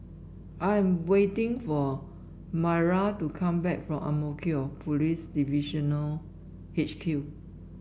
I am waiting for Myra to come back from Ang Mo Kio Police Divisional H Q